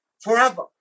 forever